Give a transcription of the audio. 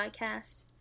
podcast